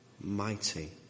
Mighty